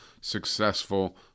successful